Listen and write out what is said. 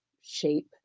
shape